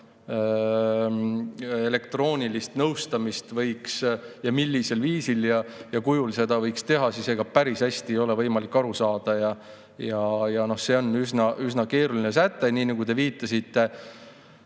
elektroonilist nõustamist [võiks teha], ning millisel viisil ja kujul seda võiks teha. Ega päris hästi ei ole võimalik aru saada. See on üsna keeruline säte, nii nagu te viitasite.